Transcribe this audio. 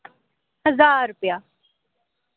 हजार रपेया